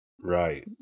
right